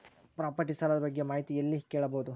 Property ಸಾಲ ಬಗ್ಗೆ ಮಾಹಿತಿ ಎಲ್ಲ ಕೇಳಬಹುದು?